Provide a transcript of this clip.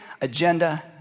agenda